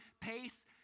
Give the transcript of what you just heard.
pace